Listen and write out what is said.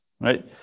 right